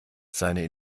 seine